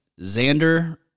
Xander